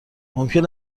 ممکن